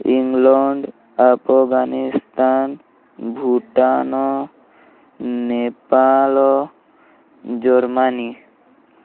England Afghanistan Bhutan Nepal Germany